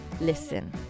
listen